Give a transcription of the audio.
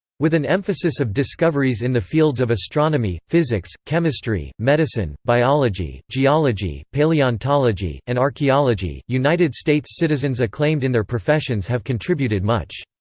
with an emphasis of discoveries in the fields of astronomy, physics, chemistry, medicine, biology, geology, paleontology, and archaeology, united states citizens acclaimed in their professions have contributed much.